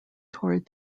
toward